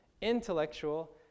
intellectual